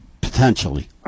potentially